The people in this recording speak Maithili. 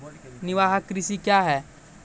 निवाहक कृषि क्या हैं?